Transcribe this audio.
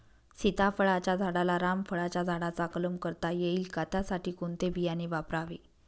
सीताफळाच्या झाडाला रामफळाच्या झाडाचा कलम करता येईल का, त्यासाठी कोणते बियाणे वापरावे?